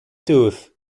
tooth